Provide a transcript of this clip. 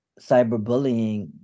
cyberbullying